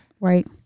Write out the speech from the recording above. Right